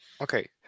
Okay